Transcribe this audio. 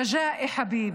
רג'אי חביב,